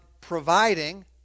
providing